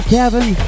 Kevin